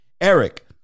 Eric